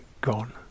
gone